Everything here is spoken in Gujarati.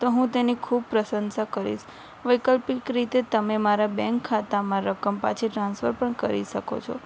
તો હું તેની ખૂબ પ્રશંસા કરીશ વૈકલ્પિક રીતે તમે મારા બેન્ક ખાતામાં રકમ પાછી ટ્રાન્સફર પણ કરી શકો છો